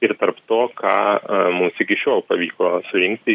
ir tarp to ką mums iki šiol pavyko surinkti